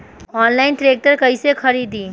Online tractor कैसे खरदी?